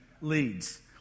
leads